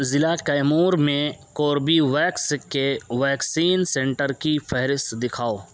ضلع کیمور میں کوربیویکس کے ویکسین سنٹر کی فہرست دکھاؤ